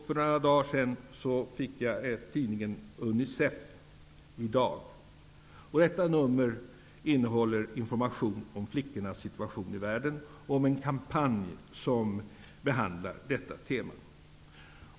För några dagar sedan fick jag tidningen UNICEF i dag. Detta nummer innehåller information om flickornas situation i världen och om en kampanj som behandlar detta tema.